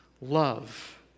love